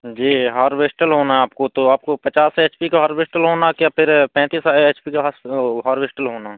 जी harvester होना आपको तो आपको पचास एच पी का हार्वेस्टल होना क्या फिर पैंतीस एच पी का हस ओ हार्वेस्टल होना